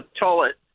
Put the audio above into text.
toilet